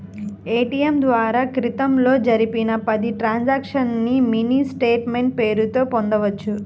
ATM ద్వారా క్రితంలో జరిపిన పది ట్రాన్సక్షన్స్ ని మినీ స్టేట్ మెంట్ పేరుతో పొందొచ్చు